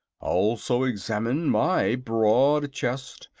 also examine my broad chest,